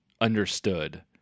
understood